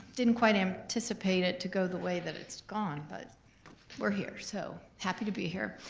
didn't quite anticipate it to go the way that it's gone, but we're here, so, happy to be here.